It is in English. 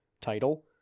title